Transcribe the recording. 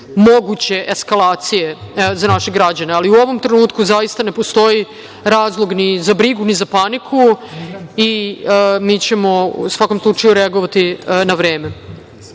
moguće eskalacije, za naše građane. U ovom trenutku zaista ne postoji razlog ni za brigu, ni za paniku i mi ćemo u svakom slučaju reagovati na